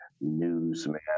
newsman